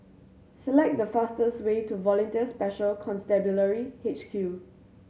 select the fastest way to Volunteer Special Constabulary H Q